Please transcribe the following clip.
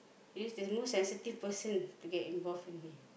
use the most sensitive person to get involved with me